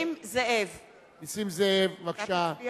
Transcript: (קוראת בשמות חברי הכנסת) נסים זאב, מצביע